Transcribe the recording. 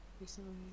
recently